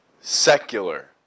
secular